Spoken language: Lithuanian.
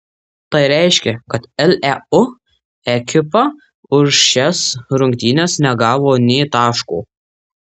tai reiškia kad leu ekipa už šias rungtynes negavo nė taško